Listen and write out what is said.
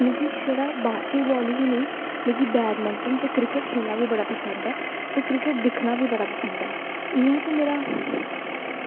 ते मिगी छड़ा बास्केटबॉल गै नेईं मिगी बैड़मिंटन ते क्रिकेट खेल्लना गै बड़ा पसंद ऐ ते क्रिकेट दिक्खना बी पसंद ऐ इंया ते मेरा